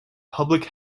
public